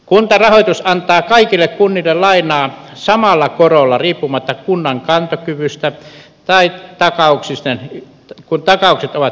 kuntarahoitus antaa kaikille kunnille lainaa samalla korolla riippumatta kunnan kantokyvystä kun takaukset ovat yhteisvastuullisia